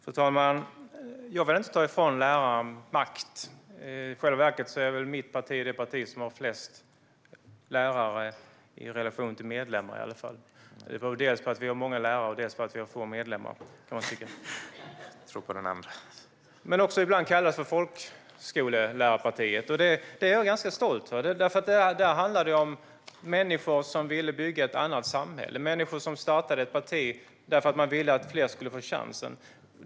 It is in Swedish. Fru talman! Jag vill inte ta ifrån lärarna makt. I själva verket är väl mitt parti det parti som har flest lärare i relation till antalet medlemmar. Det beror dels på att vi har många lärare, dels på att vi har få medlemmar. Vi kallas ibland för folkskollärarpartiet, och det är jag ganska stolt över. Det var människor som ville bygga ett annat samhälle och startade ett parti därför att de ville att fler skulle få chansen.